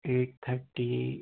eight thirty